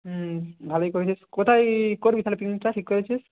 হুম ভালোই করেছিস কোথায় করবি তাহলে পিকনিকটা ঠিক করেছিস